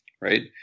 right